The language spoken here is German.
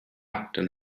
dann